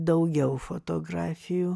daugiau fotografijų